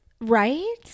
right